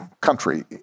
country